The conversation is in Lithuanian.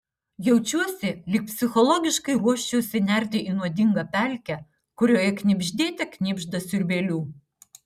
jaučiuosi lyg psichologiškai ruoščiausi nerti į nuodingą pelkę kurioje knibždėte knibžda siurbėlių